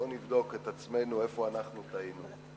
בואו נבדוק את עצמנו, איפה אנחנו טעינו,